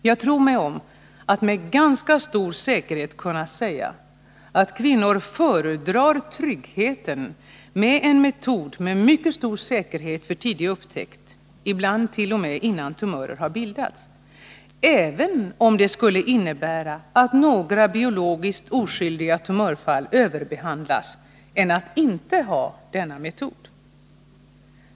Jag tror mig om att med ganska stor säkerhet kunna säga att kvinnor föredrar tryggheten med en metod med mycket stor säkerhet för tidig upptäckt — ibland t.o.m. innan tumören har bildats — även om det skulle innebära att några biologiskt oskyldiga tumörfall överbehandlas, framför att inte ha denna metod.